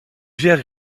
vers